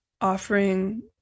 offering